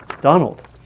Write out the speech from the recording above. Donald